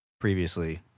previously